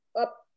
up